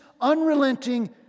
unrelenting